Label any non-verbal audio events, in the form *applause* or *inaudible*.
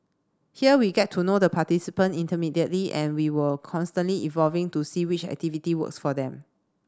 here we get to know the participant *unintelligible* and we were constantly evolving to see which activity works for them